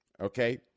okay